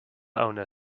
owner